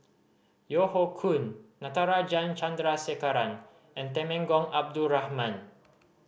Yeo Hoe Koon Natarajan Chandrasekaran and Temenggong Abdul Rahman